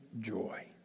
joy